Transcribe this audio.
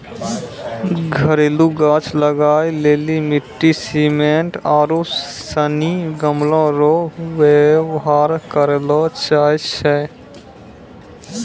घरेलू गाछ लगाय लेली मिट्टी, सिमेन्ट आरू सनी गमलो रो वेवहार करलो जाय छै